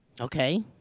Okay